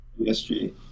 PSG